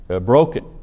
broken